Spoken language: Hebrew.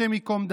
השם ייקום דמו.